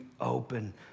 open